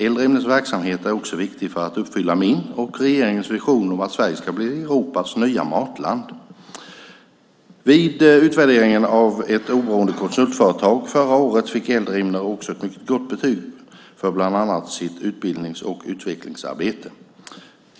Eldrimners verksamhet är också viktig för att uppfylla min och regeringens vision om att Sverige ska bli Europas nya matland. Vid utvärderingen av ett oberoende konsultföretag förra året fick Eldrimner också ett mycket gott betyg för bland annat sitt utbildnings och utvecklingsarbete.